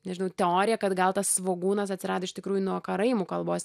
nežinau teorija kad gal tas svogūnas atsirado iš tikrųjų nuo karaimų kalbos